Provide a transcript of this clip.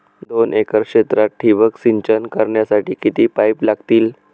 दोन एकर क्षेत्रात ठिबक सिंचन करण्यासाठी किती पाईप लागतील?